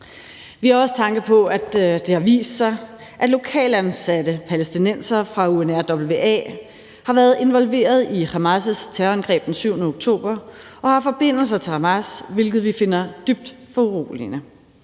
Vi har også tanke på, at det har vist sig, at lokalt ansatte palæstinensere fra UNRWA har været involveret i Hamas' terrorangreb den 7. oktober og har forbindelser til Hamas, hvilket vi finder dybt foruroligende.